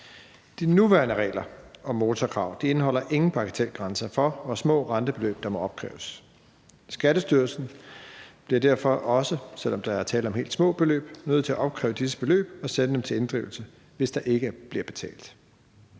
De nuværende regler om motorkrav indeholder ingen bagatelgrænser for, hvor små rentebeløb der må opkræves. Skattestyrelsen bliver derfor også, selv om der er tale om helt små beløb, nødt til at opkræve disse beløb og sende dem til inddrivelse, hvis der ikke bliver betalt.